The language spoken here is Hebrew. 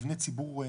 מבני ציבור,